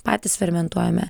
patys fermentuojame